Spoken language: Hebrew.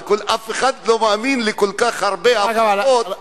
ואף אחד לא מאמין לכל כך הרבה הבטחות.